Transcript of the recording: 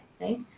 right